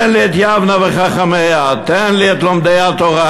תן לי את יבנה וחכמיה, תן לי את לומדי התורה,